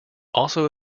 also